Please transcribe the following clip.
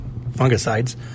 fungicides